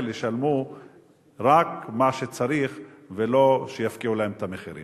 ישלמו רק מה שצריך ולא שיפקיעו להם את המחירים.